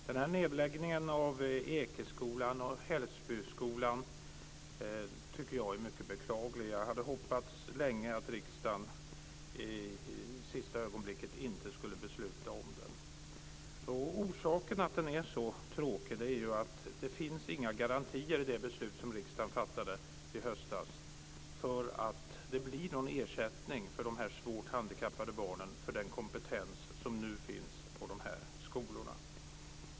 Fru talman! Nedläggningen av Ekeskolan och Hällsboskolan tycker jag är mycket beklaglig. Jag hoppades länge att riksdagen i sista ögonblicket inte skulle besluta om den. Orsaken till att den är så tråkig är att det inte finns några garantier i det beslut som riksdagen fattade i höstas för att det blir någon ersättning till de svårt handikappade barnen för den kompetens som nu finns på de här skolorna.